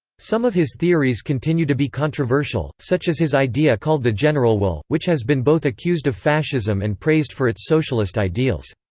some of his theories continue to be controversial, such as his idea called the general will, which has been both accused of fascism and praised for its socialist ideals.